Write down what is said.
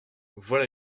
voilà